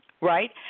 right